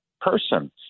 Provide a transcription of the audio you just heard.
person